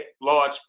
large